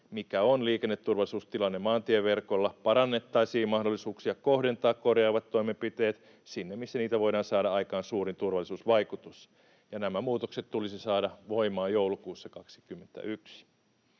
mikä on liikenneturvallisuustilanne maantieverkolla, ja parannettaisiin mahdollisuuksia kohdentaa korjaavat toimenpiteet sinne, missä niillä voidaan saada aikaan suurin turvallisuusvaikutus. Nämä muutokset tulisi saada voimaan joulukuussa 21.